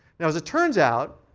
now, as it turns out,